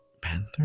Panther